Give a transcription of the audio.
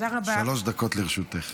בבקשה, שלוש דקות לרשותך.